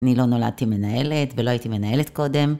אני לא נולדתי מנהלת, ולא הייתי מנהלת קודם.